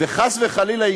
וחס וחלילה,